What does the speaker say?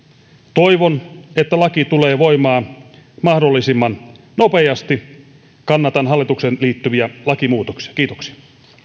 toivon että laki tulee voimaan mahdollisimman nopeasti kannatan hallituksen esitykseen liittyviä lakimuutoksia kiitoksia